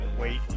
wait